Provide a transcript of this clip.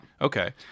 Okay